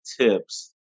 tips